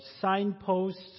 signposts